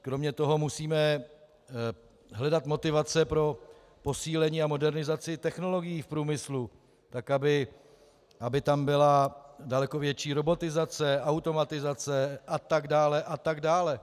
Kromě toho musíme hledat motivace pro posílení a modernizaci technologií v průmyslu tak, aby tam byla daleko větší robotizace, automatizace, a tak dále a tak dále.